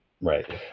right